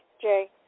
Jay